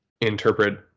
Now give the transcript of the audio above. interpret